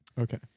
Okay